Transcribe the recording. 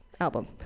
album